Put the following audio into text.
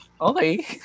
Okay